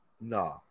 No